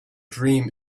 dream